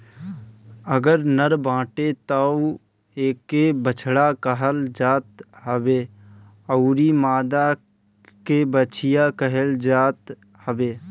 अगर नर बाटे तअ एके बछड़ा कहल जात हवे अउरी मादा के बाछी कहल जाता हवे